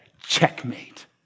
checkmate